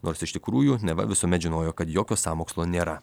nors iš tikrųjų neva visuomet žinojo kad jokio sąmokslo nėra